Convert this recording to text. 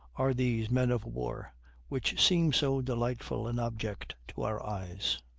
are these men-of-war which seem so delightful an object to our eyes?